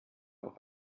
auch